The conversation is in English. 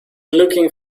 looking